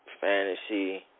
fantasy